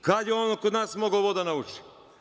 Kad je on kod nas mogao ovo da nauči?